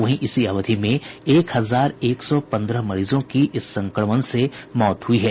वहीं इसी अवधि में एक हजार एक सौ पंद्रह मरीजों की इस संक्रमण से मौत हुई है